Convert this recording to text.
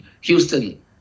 Houston